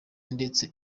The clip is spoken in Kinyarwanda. ndetse